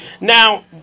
Now